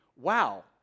wow